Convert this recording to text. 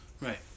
right